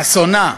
חסונה,